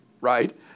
right